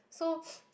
so